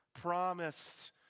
promised